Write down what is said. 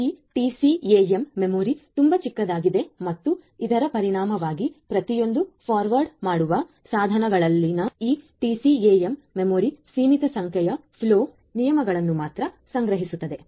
ಈ TCAM memory ತುಂಬಾ ಚಿಕ್ಕದಾಗಿದೆ ಮತ್ತು ಇದರ ಪರಿಣಾಮವಾಗಿ ಪ್ರತಿಯೊಂದು ಫಾರ್ವರ್ಡ್ ಮಾಡುವ ಸಾಧನಗಳಲ್ಲಿನ ಈ TCAM ಮೆಮೊರಿ ಸೀಮಿತ ಸಂಖ್ಯೆಯ ಫ್ಲೋ ನಿಯಮಗಳನ್ನು ಮಾತ್ರ ಸಂಗ್ರಹಿಸುತ್ತದೆ